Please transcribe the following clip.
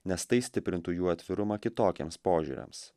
nes tai stiprintų jų atvirumą kitokiems požiūriams